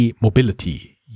Mobility